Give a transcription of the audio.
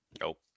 Nope